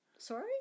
Sorry